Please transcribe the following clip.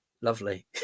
Lovely